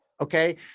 okay